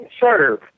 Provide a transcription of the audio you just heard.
serve